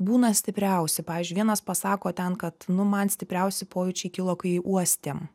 būna stipriausi pavyzdžiui vienas pasako ten kad nu man stipriausi pojūčiai kilo kai uostėm